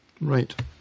Right